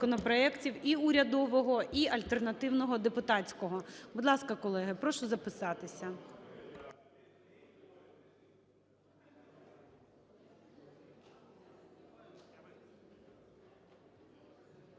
законопроектів: і урядового, і альтернативного депутатського. Будь ласка, колеги, прошу записатися.